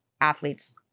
athletes